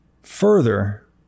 Further